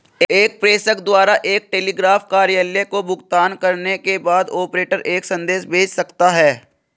एक प्रेषक द्वारा एक टेलीग्राफ कार्यालय को भुगतान करने के बाद, ऑपरेटर एक संदेश भेज सकता है